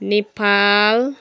Nepal